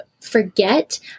forget